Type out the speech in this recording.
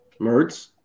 Mertz